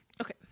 Okay